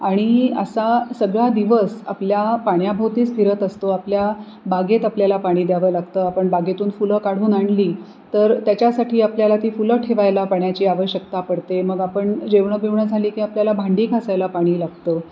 आणि असा सगळा दिवस आपल्या पाण्याभोवतीच फिरत असतो आपल्या बागेत आपल्याला पाणी द्यावं लागतं आपण बागेतून फुलं काढून आणली तर त्याच्यासाठी आपल्याला ती फुलं ठेवायला पाण्याची आवश्यकता पडते मग आपण जेवणं बिवणं झाली की आपल्याला भांडी घासायला पाणी लागतं